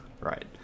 right